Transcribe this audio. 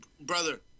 brother